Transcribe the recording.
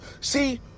See